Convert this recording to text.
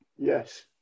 yes